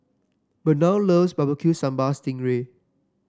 Burnell loves Barbecue Sambal Sting Ray